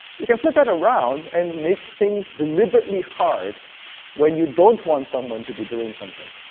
you can flip that around and make things deliberately hard when you don't want someone to be doing something.